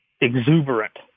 exuberant